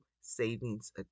savings